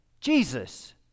Jesus